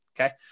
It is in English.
Okay